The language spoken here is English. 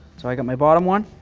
so i got my bottom one.